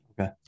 Okay